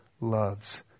loves